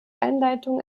einleitung